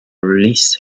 release